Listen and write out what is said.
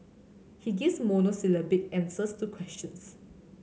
he gives monosyllabic answers to questions